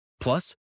Plus